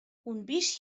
унбиш